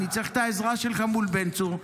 אני צריך את העזרה שלך מול בן צור,